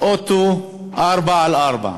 אוטו 4X4,